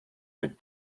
mit